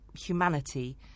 humanity